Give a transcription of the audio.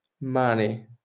money